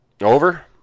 Over